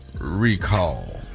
recall